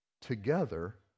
Together